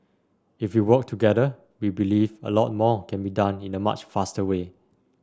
if we work together we believe a lot more can be done in a much faster way